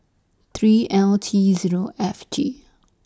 three L T Zero F G